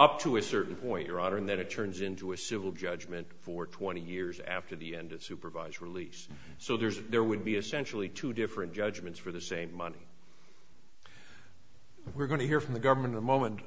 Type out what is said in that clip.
up to a certain point your honor in that it turns into a civil judgment for twenty years after the end of supervised release so there's there would be essentially two different judgments for the same money we're going to hear from the government a moment